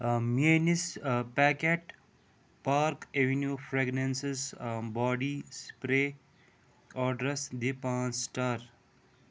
میٛٲنِس packet Park Avenue fragrances body spray آرڈرَس دِ پانٛژھ سِٹار